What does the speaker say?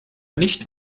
nicht